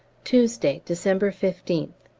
tuesday, december fifteenth.